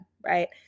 right